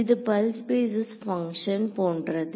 இது pulse basis function போன்றது